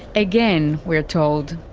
again, we're told,